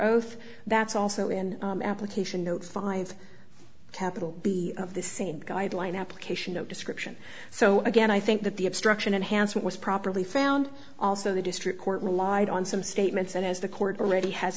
oath that's also in application note five capital b of the same guideline application of description so again i think that the obstruction and hanson was properly found also the district court relied on some statements and as the court already has